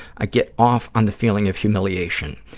i get off on the feeling of humiliation.